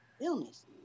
illness